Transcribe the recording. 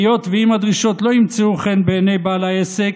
היות שאם הדרישות לא ימצאו חן בעיני בעל העסק,